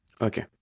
Okay